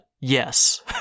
yes